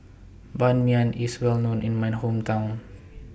Ban Mian IS Well known in My Hometown